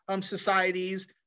societies